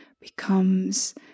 becomes